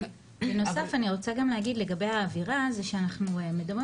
בנוסף אני רוצה גם להגיד לגבי האווירה זה שאנחנו מדברים